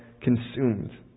consumed